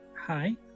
Hi